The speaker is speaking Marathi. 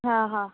हां हां